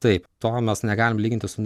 taip to mes negalim lyginti su